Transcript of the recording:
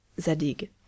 Zadig